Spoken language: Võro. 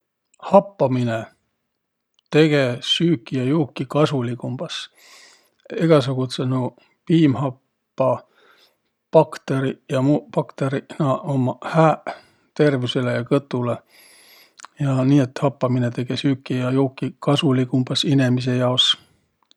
Happaminõ tege süüki vai juuki kasuligumbas. Egäsugudsõq nuuq piimhappabaktõriq ja muuq baktõriq, naaq ummaq hääq tervüsele ja kõtulõ. Ja nii et happaminõ tege süüki ja juuki kasuligumbas inemise jaos.